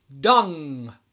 dung